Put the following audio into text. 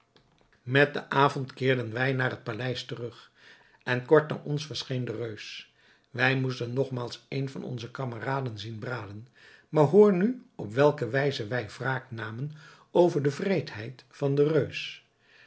met den avond keerden wij naar het paleis terug en kort na ons verscheen de reus wij moesten nogmaals een van onze kameraden zien braden maar hoor nu op welke wijze wij wraak namen over de wreedheid van den reus